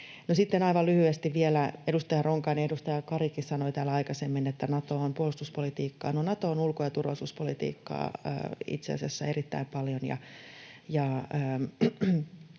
Sitten aivan lyhyesti vielä: Edustaja Ronkainen ja edustaja Karikin sanoivat täällä aikaisemmin, että Nato on puolustuspolitiikkaa. No, Nato on ulko- ja turvallisuuspolitiikkaa itse asiassa erittäin paljon,